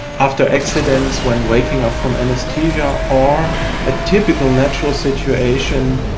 after accidents, when waking up from anaesthesia, or a typical natural situation,